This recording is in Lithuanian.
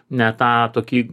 ne tą tokį